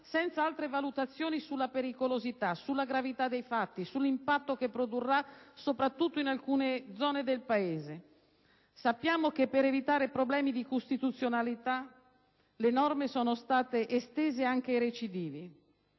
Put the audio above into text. senza altre valutazioni sulla pericolosità, sulla gravità dei fatti e sull'impatto che produrrà, soprattutto in alcune zone del Paese. Sappiamo che per evitare problemi di costituzionalità le norme sono state estese anche ai recidivi.